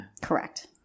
Correct